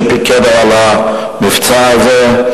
שפיקד על המבצע הזה.